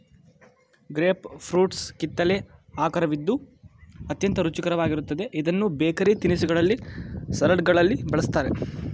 grape fruits ಕಿತ್ತಲೆ ಆಕರವಿದ್ದು ಅತ್ಯಂತ ರುಚಿಕರವಾಗಿರುತ್ತದೆ ಇದನ್ನು ಬೇಕರಿ ತಿನಿಸುಗಳಲ್ಲಿ, ಸಲಡ್ಗಳಲ್ಲಿ ಬಳ್ಸತ್ತರೆ